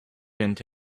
into